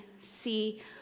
see